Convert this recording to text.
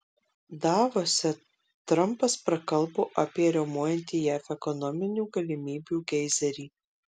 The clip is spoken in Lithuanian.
davose trampas prakalbo apie riaumojantį jav ekonominių galimybių geizerį